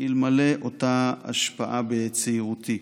אלמלא אותה השפעה בצעירותי.